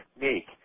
technique